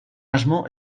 asmo